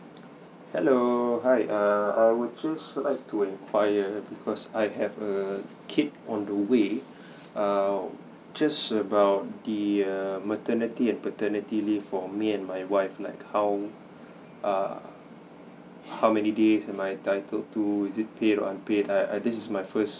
hello hi err I would just like to inquire because I have a kid on the way err just about the err maternity and paternity leave for me and my wife like how uh how many days am I entitled to is it paid or unpaid uh I this is my first